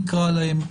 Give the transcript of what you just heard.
נקרא להן,